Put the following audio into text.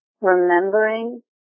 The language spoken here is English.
remembering